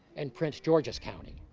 and prince george's county.